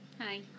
Hi